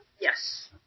Yes